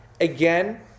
Again